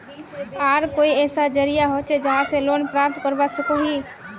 आर कोई ऐसा जरिया होचे जहा से लोन प्राप्त करवा सकोहो ही?